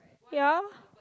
ya